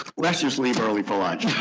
let's just leave early for lunch.